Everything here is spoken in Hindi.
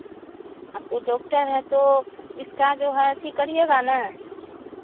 आप तो डॉक्टर हैं तो इसका जो है अथी करिएगा ने